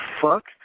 fuck